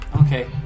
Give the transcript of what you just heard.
Okay